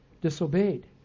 disobeyed